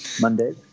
Monday